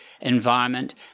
environment